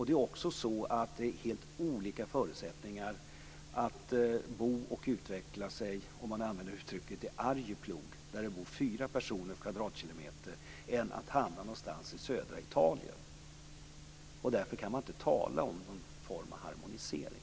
Det är också helt olika förutsättningar att bo och utveckla sig, om man använder det uttrycket, i Arjeplog, med fyra personer per kvadratkilometer, jämfört med att bo någonstans i södra Italien. Därför kan man inta tala om någon form av harmonisering.